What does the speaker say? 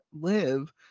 live